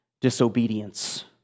disobedience